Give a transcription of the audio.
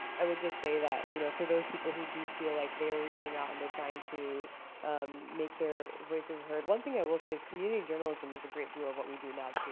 i would just say that, you know for those people who do feel like they're reaching out and they're trying to make their voices heard, one thing i will say is community journalism is a great deal of what we do now too.